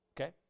Okay